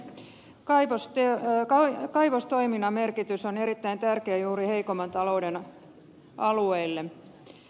kaivos tie jakaa kaivostoiminnan merkitys on erittäin tärkeä juuri heikomman talouden alueille